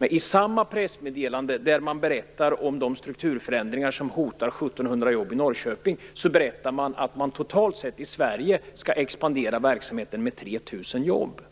I samma pressmeddelande som man berättar om de strukturförändringar som hotar 1 700 jobb i Norrköping berättar man att man totalt sett i Sverige skall expandera verksamheten med 3 000 jobb.